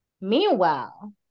Meanwhile